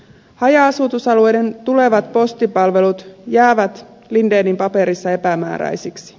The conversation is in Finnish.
haja asutusalueiden tulevat postipalvelut jäävät lindenin paperissa epämääräisiksi